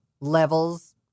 levels